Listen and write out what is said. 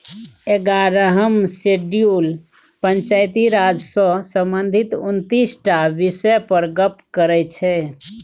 एगारहम शेड्यूल पंचायती राज सँ संबंधित उनतीस टा बिषय पर गप्प करै छै